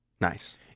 nice